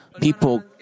people